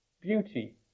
beauty